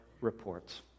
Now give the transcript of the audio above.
reports